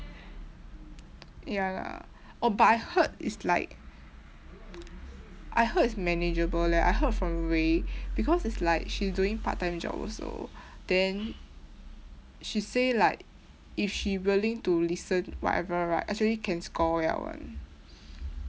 ya lah oh but I heard it's like I heard it's manageable leh I heard from ray because it's like she's doing part time job also then she say like if she willing to listen whatever right actually can score well [one]